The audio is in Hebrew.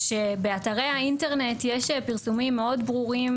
שבאתרי האינטרנט יש פרסומים מאוד ברורים